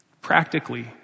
Practically